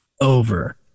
over